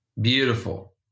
Beautiful